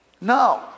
No